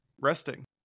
resting